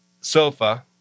sofa